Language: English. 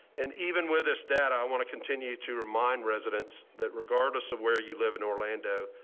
and even with this that i want to continue to remind residents that regardless of where you live in orlando.